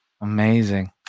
Amazing